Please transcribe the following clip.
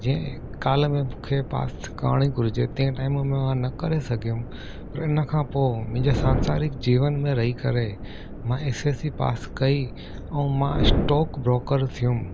जंहिं कॉल में मूंखे पास करिणी घुरिजे तंहिं टाइम में मां न करे सघियमि वरी हिन खां पोइ मुंहिंजे सांसारिक जीवन में रही करे मां एसएससी पास कई ऐं मां स्टोक ब्रोकर थियुमि